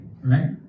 right